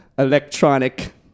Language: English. electronic